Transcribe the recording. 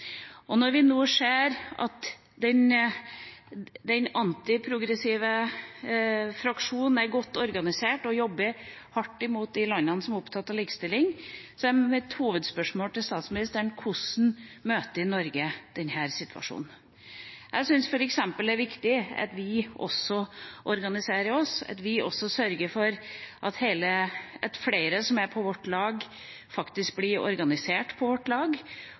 Når vi nå ser at den antiprogressive fraksjonen er godt organisert og jobber hardt mot de landene som er opptatt av likestilling, er mitt hovedspørsmål til statsministeren: Hvordan møter Norge denne situasjonen? Jeg syns f.eks. det er viktig at også vi organiserer oss, at også vi sørger for at flere som er på vårt lag, faktisk blir organisert på vårt lag.